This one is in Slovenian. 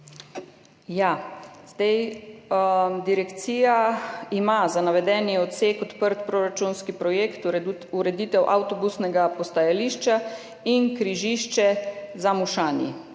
Direkcija ima za navedeni odsek odprt proračunski projekt Ureditev avtobusnega postajališča in križišče Zamušani.